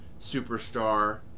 superstar